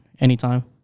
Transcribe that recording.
anytime